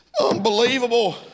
unbelievable